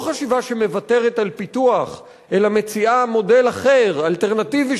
לא חשיבה שמוותרת על פיתוח אלא מציעה מודל אחר,